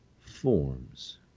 forms